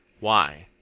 why?